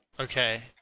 Okay